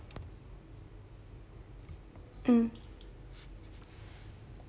mm